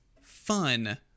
fun